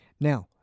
Now